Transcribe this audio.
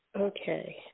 Okay